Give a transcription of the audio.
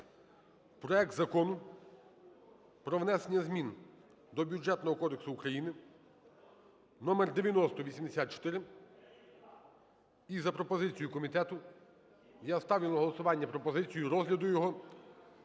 проект Закону про внесення змін до Бюджетного кодексу України (№ 9084). І за пропозицією комітету я ставлю на голосування пропозицію розгляду його